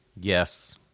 Yes